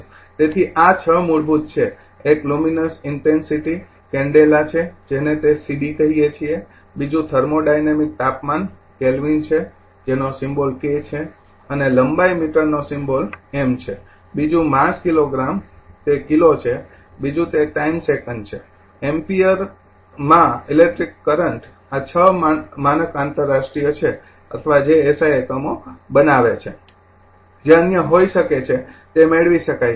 તેથી આ છ મૂળભૂત છે એક લુમિનસ ઇટેન્સિટી કેન્ડેલા છે જેને તે સીડી કહીયે છીએ બીજુ થર્મોડાયનેમિક તાપમાનI કેલ્વિન છે જેનો સિમ્બોલ K છે અને લંબાઈ મીટરનો સિમ્બોલ m છે બીજું માસ કિલોગ્રામ તે કિલો છે બીજું તે ટાઇમ સેકંડ છે એમ્પીયર A માં ઇલેક્ટ્રિક કરંટ આ ૬ માનક આંતરરાષ્ટ્રીય છે અથવા જે એસઆઈ એકમો બનાવે છે જે અન્ય હોઈ શકે છે તે મેળવી શકાય છે